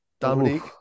Dominique